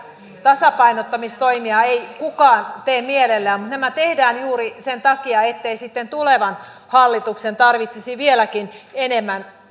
tasapainottamistoimia ei kukaan tee mielellään mutta nämä tehdään juuri sen takia ettei sitten tulevan hallituksen tarvitsisi vieläkin enemmän